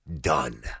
Done